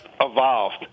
evolved